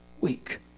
weak